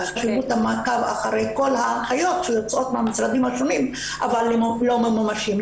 ואחרי כל ההנחיות שיוצאות מהמשרדים השונים אבל לא ממומשות.